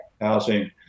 housing